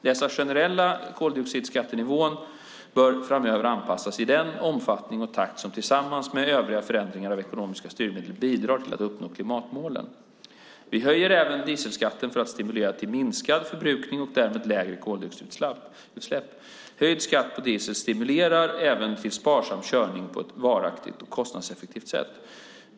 Den generella koldioxidskattenivån bör framöver anpassas i den omfattning och takt som tillsammans med övriga förändringar av ekonomiska styrmedel bidrar till att nå de uppsatta klimatmålen. Vi höjer även dieselskatten för att stimulera till minskad förbrukning och därmed lägre koldioxidutsläpp. Höjd skatt på diesel stimulerar även till sparsam körning på ett varaktigt och kostnadseffektivt sätt.